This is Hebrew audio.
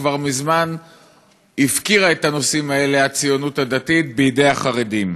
כבר מזמן הציונות הדתית הפקירה את הנושאים האלה בידי החרדים.